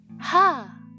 Ha